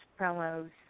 promos